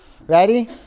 Ready